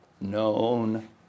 known